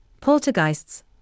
poltergeists